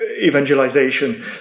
evangelization